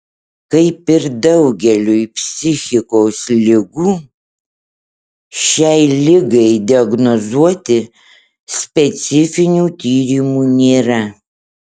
kaip ir daugeliui psichikos ligų šiai ligai diagnozuoti specifinių tyrimų nėra